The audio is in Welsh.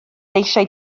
eisiau